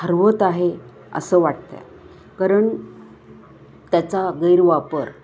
हरवत आहे असं वाटत आहे कारण त्याचा गैरवापर